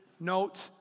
Note